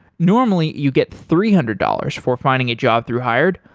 normally, you get three hundred dollars for finding a job through hired,